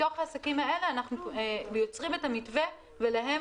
מתוך העסקים האלה אנחנו יוצרים את המתווה והם